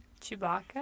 Chewbacca